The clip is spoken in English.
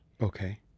Okay